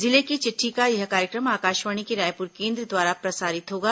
जिले की चिट्ठी का यह कार्यक्रम आकाशवाणी के रायपुर केंद्र द्वारा प्रसारित होगा